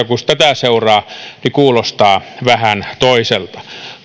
kun tätä seuraa kuulostaa vähän toiselta